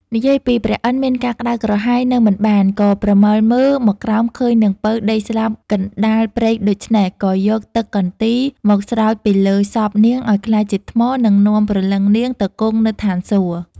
និយាយពីព្រះឥន្ទ្រមានការក្ដៅក្រហាយនៅមិនបាន ក៏ប្រមើលមើលមកក្រោមឃើញនាងពៅដេកស្លាប់កណ្ដាលព្រៃដូច្នេះ ក៏យកទឹកកន្ទីរ មកស្រោចពីលើសពនាងឲ្យក្លាយជាថ្មនិងនាំព្រលឹងនាងទៅគង់នៅឋានសួគ៌ ។